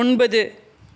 ஒன்பது